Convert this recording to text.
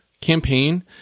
campaign